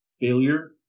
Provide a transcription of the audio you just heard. Failure